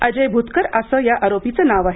अजय भूतकर असं या आरोपीचं नाव आहे